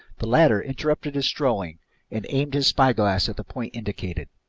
the latter interrupted his strolling and aimed his spyglass at the point indicated.